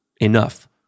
enough